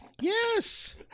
Yes